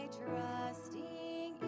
trusting